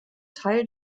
teil